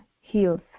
heals